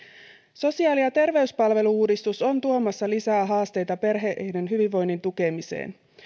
sosiaali ja terveyspalvelu uudistus on tuomassa lisää haasteita perheiden hyvinvoinnin tukemiseen